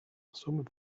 somit